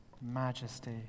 majesty